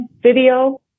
video